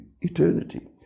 eternity